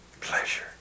pleasure